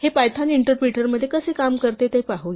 हे Python interpreter मध्ये कसे काम करते ते पाहूया